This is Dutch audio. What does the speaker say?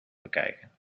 bekijken